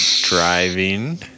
driving